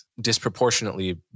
disproportionately